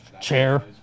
chair